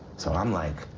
so i'm like,